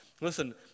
listen